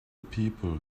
people